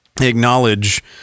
acknowledge